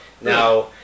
Now